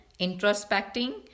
introspecting